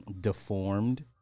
deformed